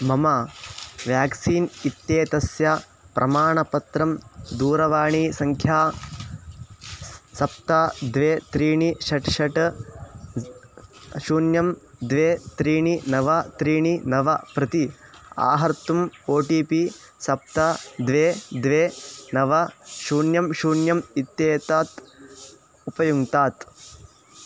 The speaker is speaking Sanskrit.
मम व्याक्सीन् इत्येतस्य प्रमाणपत्रं दूरवाणीसङ्ख्या स् सप्त द्वे त्रीणि षट् षट् शून्यं द्वे त्रीणि नव त्रीणि नव प्रति आहर्तुम् ओ टि पि सप्त द्वे द्वे नव शून्यं शून्यम् इत्येतत् उपयुङ्क्तात्